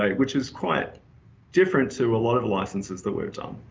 which is quite different to a lot of licenses that we've done.